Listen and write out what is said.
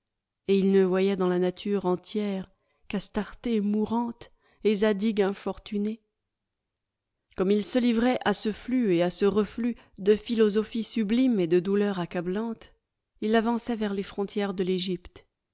et il ne voyait dans la nature entière qu'astarté mourante et zadig infortuné comme il se livrait à ce flux et à ce reflux de philosophie sublime et de douleur accablante il avançait vers les frontières de l'egypte